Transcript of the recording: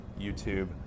YouTube